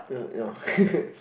uh yeah